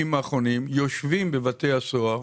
יושבים בבתי הסוהר